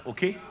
Okay